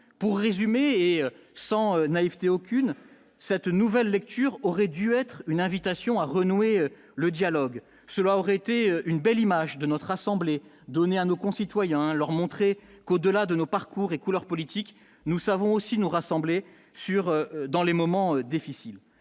pour résumer et sans naïveté aucune cette nouvelle lecture aurait dû être une invitation à renouer le dialogue, cela aurait été une belle image de notre assemblée, donner à nos concitoyens, leur montrer qu'au-delà de nos parcours et couleur politique, nous savons aussi nous rassembler sur dans les moments difficiles,